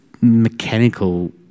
mechanical